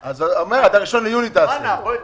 הוא אומר תעשה עד ה-1 ביולי.